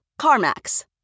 CarMax